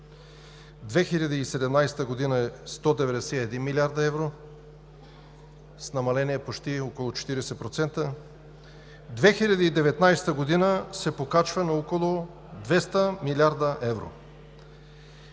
2017 г. е 191 млрд. евро – с намаление почти около 40%; 2019 г. се покачва на около 200 млрд. евро.